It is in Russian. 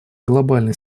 глобальной